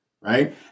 right